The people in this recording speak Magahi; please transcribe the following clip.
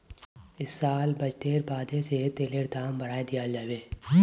इस साल बजटेर बादे से तेलेर दाम बढ़ाय दियाल जाबे